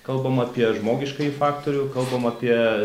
kalbam apie žmogiškąjį faktorių kalbam apie